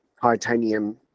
titanium